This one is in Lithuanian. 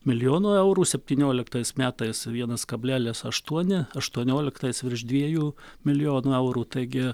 milijono eurų septynioliktais metais vienas kablelis aštuoni aštuonioliktais virš dviejų milijonų eurų taigi